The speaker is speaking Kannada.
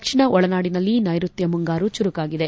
ದಕ್ಷಿಣ ಒಳನಾಡಿನಲ್ಲಿ ನೈಋತ್ಯ ಮುಂಗಾರು ಚುರುಕಾಗಿದೆ